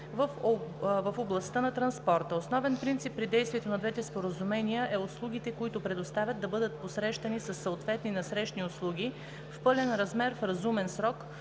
в областта на транспорта. Основен принцип при действието на двете споразумения е услугите, които се предоставят, да бъдат посрещани със съответни насрещни услуги в пълен размер, в разумен срок,